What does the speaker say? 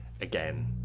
again